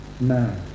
man